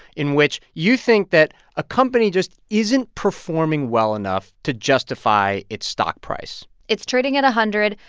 in which you think that a company just isn't performing well enough to justify its stock price it's trading at a hundred,